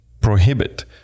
prohibit